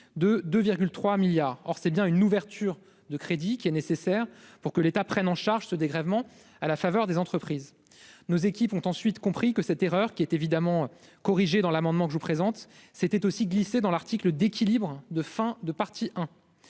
3 milliards, or c'est bien une ouverture de crédit qui est nécessaire pour que l'État prenne en charge ce dégrèvement, à la faveur des entreprises, nos équipes ont ensuite compris que cette erreur qui est évidemment corriger dans l'amendement que je vous présente s'était aussi glissée dans l'article d'équilibre de fin de partie,